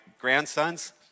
grandsons